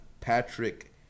Patrick